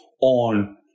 on